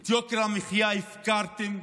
את יוקר המחיה הפקרתם,